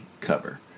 cover